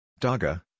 Daga